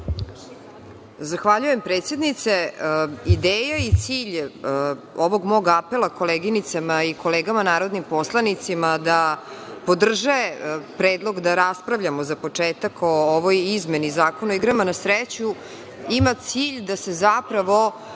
Zahvaljujem. Ideja i cilj ovog mog apela koleginicama i kolegama narodnim poslanicima da podrže predlog da raspravljamo za početak o ovoj izmeni Zakona o igrama na sreću ima cilj da se zapravo